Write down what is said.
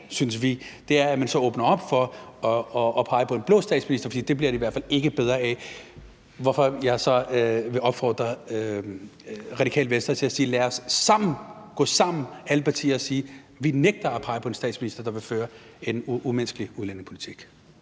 synes vi, er, at man så åbner op for at pege på en blå statsminister, for det bliver det i hvert fald ikke bedre af. Derfor vil jeg opfordre Radikale Venstre til at sige: Lad os gå sammen, alle partier, og sige, at vi nægter at pege på en statsminister, der vil føre en umenneskelig udlændingepolitik.